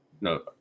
no